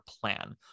plan